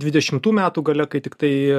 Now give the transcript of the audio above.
dvidešimtų metų gale kai tiktai